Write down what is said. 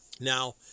Now